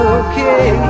okay